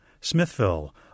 Smithville